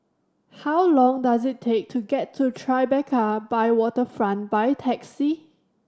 how long does it take to get to Tribeca by Waterfront by taxi